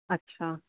ਅੱਛਾ